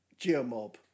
Geomob